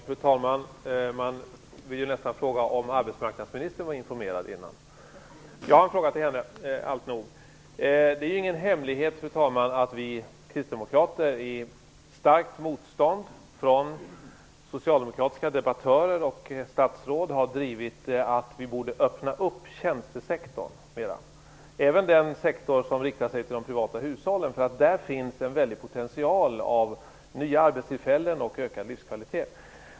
Fru talman! Man vill ju nästan fråga om arbetsmarknadsministern var informerad innan. Jag har en fråga till henne, alltnog. Det är ingen hemlighet, fru talman, att vi kristdemokrater i starkt motstånd från socialdemokratiska debattörer och statsråd har drivit att vi borde öppna upp tjänstesektorn mera, även den sektor som riktar sig till de privata hushållen. Där finns en väldig potential av nya arbetstillfällen och ökad livskvalitet.